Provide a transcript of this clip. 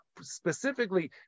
specifically